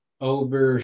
over